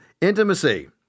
intimacy